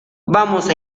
vamos